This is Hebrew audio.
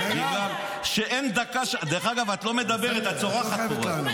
את לא מדברת, את צורחת כל הזמן.